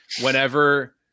whenever